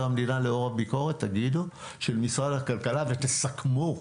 המדינה לאור הביקורת תגידו עם משרד הכלכלה ותסכמו.